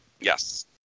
Yes